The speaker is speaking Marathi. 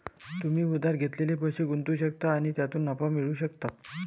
तुम्ही उधार घेतलेले पैसे गुंतवू शकता आणि त्यातून नफा मिळवू शकता